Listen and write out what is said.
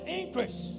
increase